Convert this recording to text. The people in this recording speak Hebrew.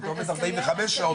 אם אתה עובד 45 שעות,